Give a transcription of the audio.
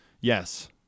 yes